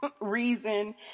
reason